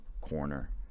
corner